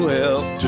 help